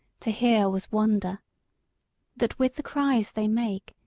to hear was wonder that with the cries they make,